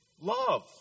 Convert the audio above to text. love